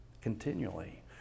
continually